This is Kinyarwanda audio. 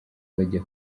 bajya